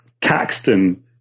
Caxton